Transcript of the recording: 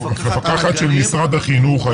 א.ש: מפקחת ממשרד החינוך.